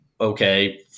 okay